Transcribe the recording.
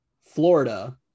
Florida